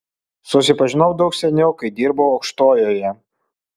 susipažinau daug seniau kai dirbau aukštojoje